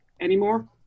anymore